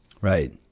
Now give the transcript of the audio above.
Right